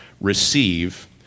receive